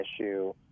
issue